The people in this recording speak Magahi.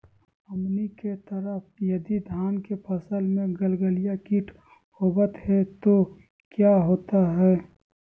हमनी के तरह यदि धान के फसल में गलगलिया किट होबत है तो क्या होता ह?